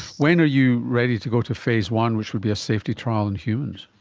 when are you ready to go to phase one which would be a safety trial in humans?